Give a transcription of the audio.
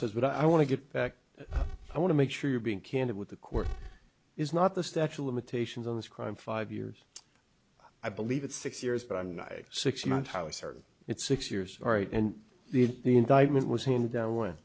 what i want to get back i want to make sure you're being candid with the court is not the statue of limitations of this crime five years i believe it's six years but i'm not six months how certain it's six years or eight and the indictment was handed down with